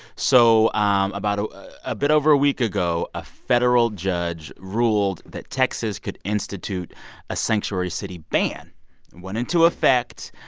so um about a a bit over a week ago, a federal judge ruled that texas could institute a sanctuary city ban. it went into effect.